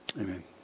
Amen